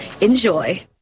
Enjoy